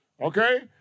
Okay